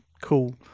cool